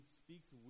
speaks